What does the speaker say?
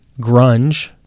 grunge